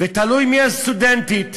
ותלוי מי הסטודנטית.